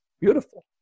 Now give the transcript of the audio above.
beautiful